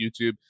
YouTube